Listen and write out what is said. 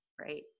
right